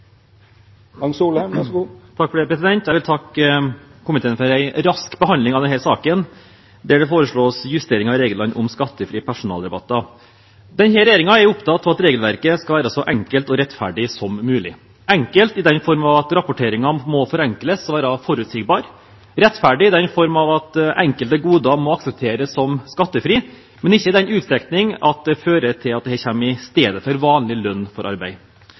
regelverket skal være så enkelt og rettferdig som mulig – enkelt i form av at rapporteringen må forenkles og være forutsigbar, rettferdig i form av at enkelte goder må aksepteres som skattefrie, men ikke i en utstrekning som fører til at dette kommer i stedet for vanlig lønn for arbeid.